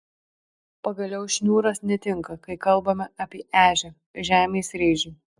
pagaliau šniūras netinka kai kalbame apie ežią žemės rėžį